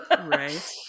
right